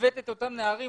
הבאתם את אותם נערים,